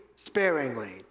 Sparingly